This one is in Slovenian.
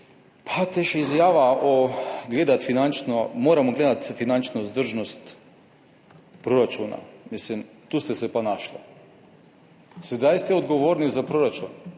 Pa še izjava, da moramo gledati finančno vzdržnost proračuna. Mislim, tu ste se pa našli. Sedaj ste odgovorni za proračun.